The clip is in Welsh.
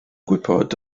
gwybod